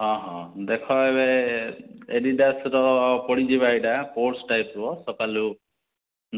ହଁ ହଁ ଦେଖ ଏବେ ଏଡ଼ିଡ଼ାସ୍ର ତ ପଡ଼ିଯିବା ଏଇଟା ର୍ସୋଟ୍ସ୍ ଟାଇପ୍ର ସକାଲୁ